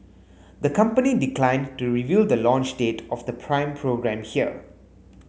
the company declined to reveal the launch date of the Prime programme here